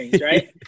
right